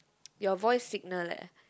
your voice signal leh